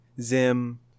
Zim